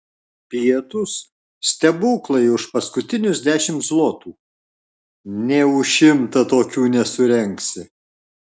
pietūs stebuklai už paskutinius dešimt zlotų nė už šimtą tokių nesurengsi